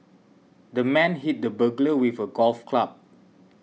the man hit the burglar with a golf club